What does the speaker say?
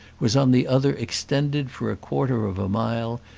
was on the other extended for a quarter of a mile,